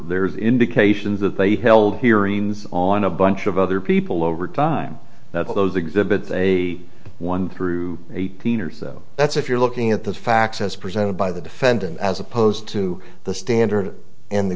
there's indications that they held hearings on a bunch of other people over time that all those exhibit a one through eight that's if you're looking at the facts as presented by the defendant as opposed to the standard in the